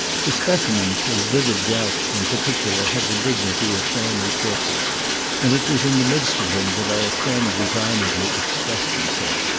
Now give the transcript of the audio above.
the specimens of vivid delf, in particular had the dignity of family portraits and it was in the midst of them that our friend resignedly expressed himself.